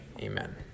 amen